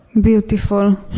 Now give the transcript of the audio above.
Beautiful